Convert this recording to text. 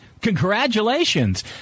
Congratulations